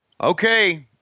Okay